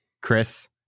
Chris